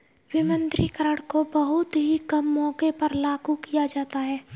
विमुद्रीकरण को बहुत ही कम मौकों पर लागू किया जाता है